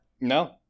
No